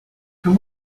can